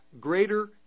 greater